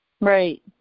Right